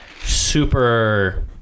super